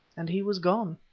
and he was gone.